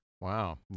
Wow